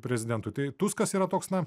prezidentui tai tuskas yra toks na